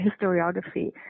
historiography